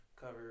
cover